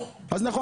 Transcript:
אז נכון,